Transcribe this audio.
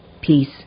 peace